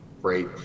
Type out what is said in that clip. great